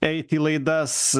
eit į laidas